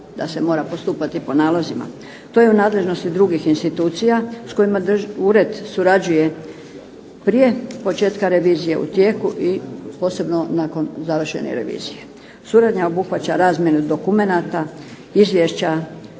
da se mora postupati po nalozima. To je u nadležnosti drugih institucija s kojima ured surađuje prije početka revizije, u tijeku i posebno nakon završene revizije. Suradnja obuhvaća razmjenu dokumenata, izvješća